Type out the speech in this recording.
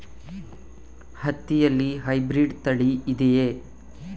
ಹತ್ತಿಯಲ್ಲಿ ಹೈಬ್ರಿಡ್ ತಳಿ ಇದೆಯೇ?